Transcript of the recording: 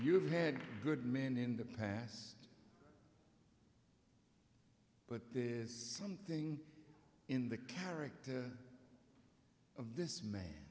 you've had a good man in the past but there's something in the character of this ma